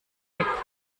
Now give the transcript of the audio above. mit